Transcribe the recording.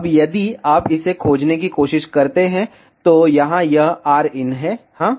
अब यदि आप इसे खोजने की कोशिश करते हैं तो यहाँ यह rin है हाँ